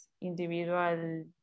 individual